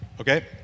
Okay